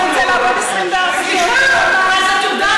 מה זה?